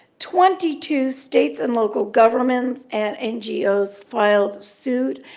twenty two states and local governments and ngos filed suit.